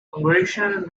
congressional